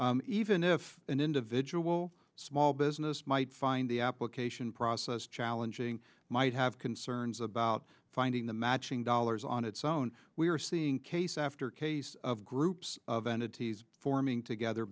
even if an individual small business might find the application process challenging might have concerns about finding the matching dollars on its own we are seeing case after case of groups of entities forming together